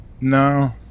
No